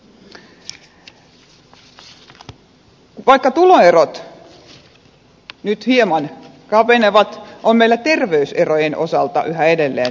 vaikka tuloerot nyt hieman kapenevat on meillä terveyserojen osalta yhä edelleen runsaasti tehtävää